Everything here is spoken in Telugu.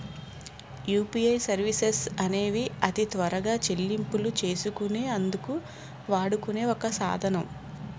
యూపీఐ సర్వీసెస్ అనేవి అతి త్వరగా చెల్లింపులు చేసుకునే అందుకు వాడుకునే ఒక సాధనం